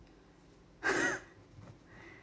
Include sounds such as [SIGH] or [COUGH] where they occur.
[LAUGHS]